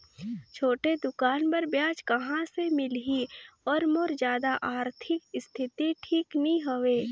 छोटे दुकान बर ब्याज कहा से मिल ही और मोर जादा आरथिक स्थिति ठीक नी हवे?